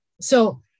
So-